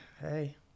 hey